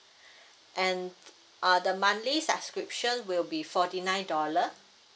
and uh the monthly subscription will be forty nine dollar